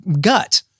gut